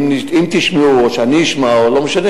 אם תשמעו או שאני אשמע או לא משנה,